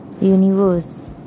universe